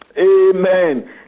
Amen